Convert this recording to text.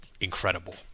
incredible